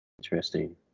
Interesting